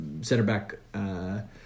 center-back